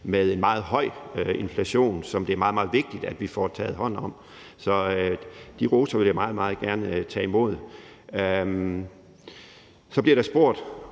med en meget høj inflation, som det er meget, meget vigtigt at vi får taget hånd om. Så de roser vil jeg meget gerne tage imod. Så stiller hr.